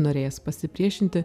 norėjęs pasipriešinti